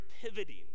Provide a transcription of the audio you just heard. pivoting